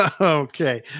Okay